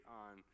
on